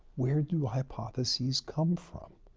where do hypotheses come from?